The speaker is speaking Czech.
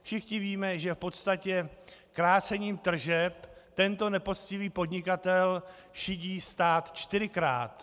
Všichni víme, že v podstatě krácením tržeb tento nepoctivý podnikatel šidí stát čtyřikrát.